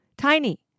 Tiny